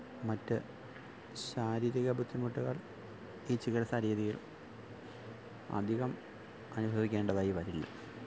മറ്റു ശാരീരിക ബുദ്ധിമുട്ടുകള് ഈ ചികിത്സാരീതിയില് അധികം അനുഭവിക്കേണ്ടതായി വരില്ല